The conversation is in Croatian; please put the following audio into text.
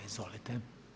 Izvolite.